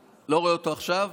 עכשיו,